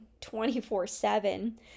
24-7